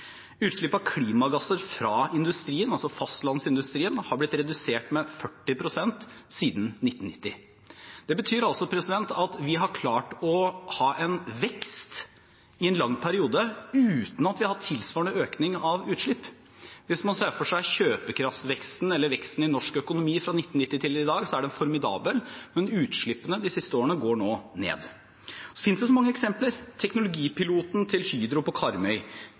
Utslipp av klimagasser fra industrien, altså fastlandsindustrien, har blitt redusert med 40 pst. siden 1990. Det betyr at vi har klart å ha en vekst i en lang periode uten at vi har hatt en tilsvarende økning av utslipp. Hvis man ser for seg kjøpekraftveksten eller veksten i norsk økonomi fra 1990 til i dag, er den formidabel, men utslippene de siste årene har gått ned. Det finnes så mange eksempler: teknologipiloten til Hydro på Karmøy,